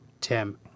Tim